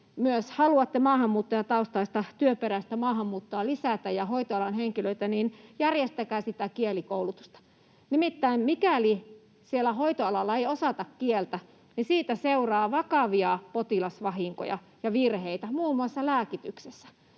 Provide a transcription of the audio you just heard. ilmiselvästi myös haluatte työperäistä maahanmuuttoa ja hoitoalan henkilöitä lisätä: järjestäkää sitä kielikoulutusta. Nimittäin mikäli siellä hoitoalalla ei osata kieltä, niin siitä seuraa vakavia potilasvahinkoja ja virheitä, muun muassa lääkityksessä.